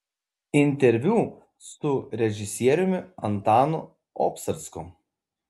interviu su režisieriumi antanu obcarsku